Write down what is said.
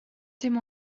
dim